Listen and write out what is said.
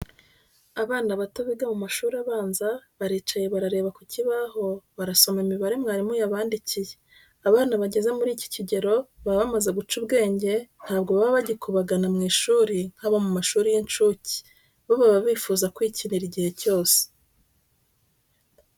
Abana bato biga mu mashuri abanza, baricaye barareba ku kibaho barasoma imibare mwarimu yabandikiye. Abana bageze muri iki kigero baba bamaze guca ubwenge ntabwo baba bagikubagana mu ishuri nk'abo mu mashuri y'incuke , bo baba bifuza kwikinira igihe cyose.